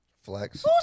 Flex